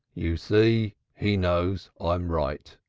you see he knows i'm right,